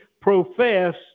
profess